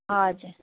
हजुर